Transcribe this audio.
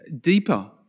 deeper